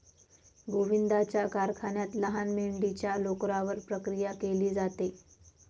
गोविंदाच्या कारखान्यात लहान मेंढीच्या लोकरावर प्रक्रिया केली जाते